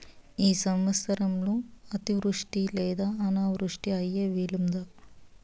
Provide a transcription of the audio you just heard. ఈ సంవత్సరంలో అతివృష్టి లేదా అనావృష్టి అయ్యే వీలుందా?